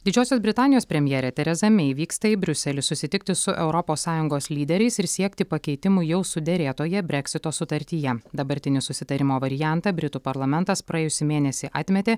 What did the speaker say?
didžiosios britanijos premjerė tereza mei vyksta į briuselį susitikti su europos sąjungos lyderiais ir siekti pakeitimų jau suderėtoje breksito sutartyje dabartinį susitarimo variantą britų parlamentas praėjusį mėnesį atmetė